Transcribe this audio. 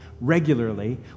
regularly